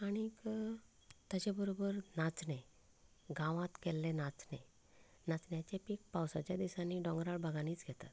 आनीक ताज्या बरोबर नाचणें गांवांत केल्ले नाचणें नाचण्याचें पीट पावसाच्या दिसांनी डोंगराळ भागांनीच घेता